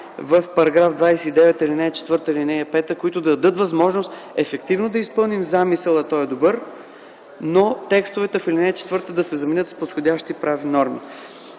в § 29, ал. 4 и ал. 5, които да дадат възможност ефективно да изпълним замисъла, а той е добър, но текстовете в ал. 4 да се заменят с подходящи правни норми.